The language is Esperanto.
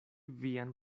vian